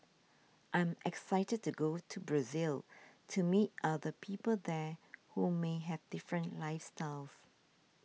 I'm excited to go to Brazil to meet other people there who may have different lives styles